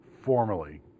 formally